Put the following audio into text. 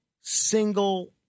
single